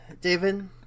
David